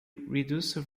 reduced